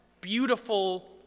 beautiful